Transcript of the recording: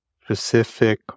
specific